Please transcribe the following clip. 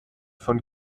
von